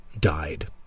died